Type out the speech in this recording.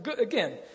again